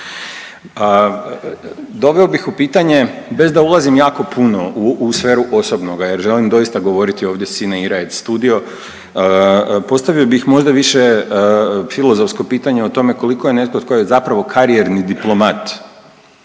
Doveo bih u pitanje bez da ulazim jako puno u sferu osobnoga jer želim doista govoriti ovdje sine ira et studio, postavio bih možda više filozofsko pitanje o tome koliko je netko tko je zapravo karijerni diplomat